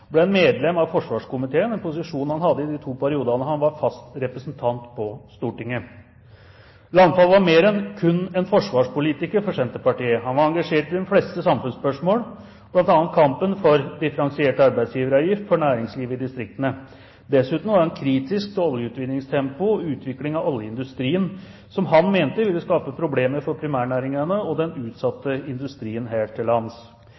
ble han medlem av forsvarskomiteen, en posisjon han hadde i de to periodene han var fast representant på Stortinget. Landfald var mer enn «kun» en forsvarspolitiker for Senterpartiet. Han var engasjert i de fleste samfunnsspørsmål, bl.a. i kampen for differensiert arbeidsgiveravgift for næringslivet i distriktene. Dessuten var han kritisk til oljeutvinningstempoet og utviklingen av oljeindustrien, som han mente ville skape problemer for primærnæringene og den utsatte industrien her til lands.